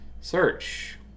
search